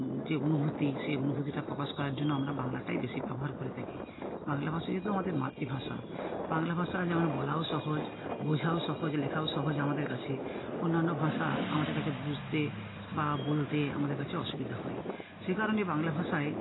যে অনুভূতি সেই অনুভূতিটা প্রকাশ করার জন্য আমরা বাংলাটাই বেশি ব্যবহার করে থাকি বাংলা ভাষা যেহেতু আমাদের মাতৃভাষা বাংলা ভাষা যেমন বলাও সহজ বোঝাও সহজ লেখাও সহজ আমাদের কাছে অন্যান্য ভাষা আমাদের কাছে বুঝতে বা বলতে আমাদের কাছে অসুবিধা হয় সেই কারণেই বাংলা ভাষায়